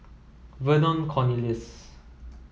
Vernon Cornelius